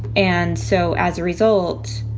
and so as a result,